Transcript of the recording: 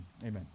Amen